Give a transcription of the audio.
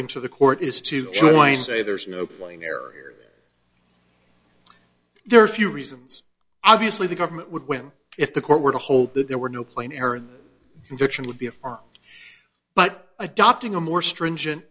urging to the court is to join say there's no playing area there are a few reasons obviously the government would win if the court were to hold that there were no plane errors conviction would be a far but adopting a more stringent